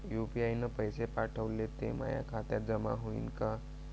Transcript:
UPI न पैसे पाठवले, ते माया खात्यात जमा होईन का?